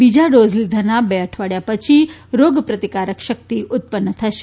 બીજા ડોઝ લીધાના બે અઠવાડિયા પછી રોગપ્રતિકારક શક્તિ ઉત્પન્ન થશે